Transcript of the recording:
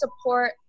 support